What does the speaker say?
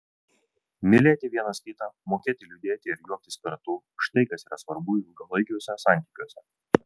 mylėti vienas kitą mokėti liūdėti ir juoktis kartu štai kas yra svarbu ilgalaikiuose santykiuose